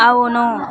అవును